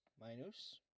Minus